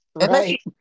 Right